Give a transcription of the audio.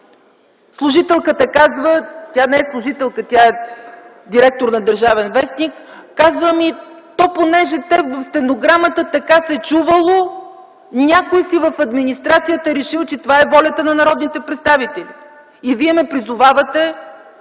Служителката, тя не е служителка, а е директор на “Държавен вестник”, ми казва – понеже в стенограмата така се чувало, някой от администрацията е решил, че това е волята на народните представители. И вие ме призовавате